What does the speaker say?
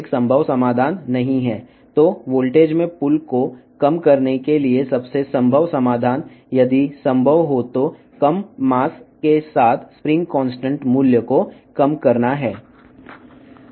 కాబట్టి pull in voltage తగ్గించడానికి అత్యంత సాధ్యమయ్యే పరిష్కారం వీలైతే తక్కువ ద్రవ్యరాశితో స్ప్రింగ్ కాన్స్టాంట్ విలువను తగ్గించడం